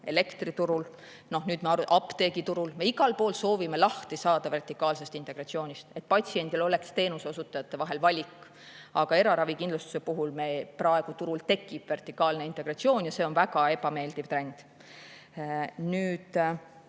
elektriturul, noh, nüüd apteegiturul [püüdnud vabaneda]. Me igal pool soovime lahti saada vertikaalsest integratsioonist, et patsiendil oleks teenuseosutajate vahel valik. Aga eraravikindlustuse puhul praegu turul tekib vertikaalne integratsioon ja see on väga ebameeldiv trend. Nüüd